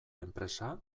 enpresa